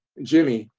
jimmy,